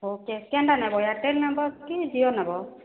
ହେଉ କେନ୍ ଟା ନେବ ଏୟାରଟେଲ୍ ନେବ କି ଜିଓ ନେବ